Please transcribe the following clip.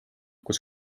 kus